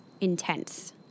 intense